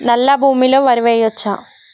నల్లా భూమి లో వరి వేయచ్చా?